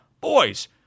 Boys